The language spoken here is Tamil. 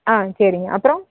ஆ சரிங்க அப்புறம்